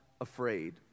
afraid